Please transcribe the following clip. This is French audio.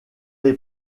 les